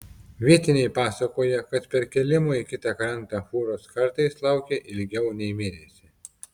vietiniai pasakoja kad perkėlimo į kitą krantą fūros kartais laukia ilgiau nei mėnesį